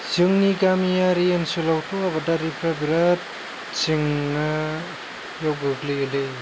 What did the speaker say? जोंनि गामियारि ओनसोलावथ' आबादारिफ्रा बेराद जेंनायाव गोग्लैदों